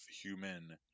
human